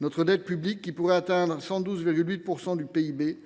Notre dette publique, qui pourrait atteindre 112,8 % du PIB,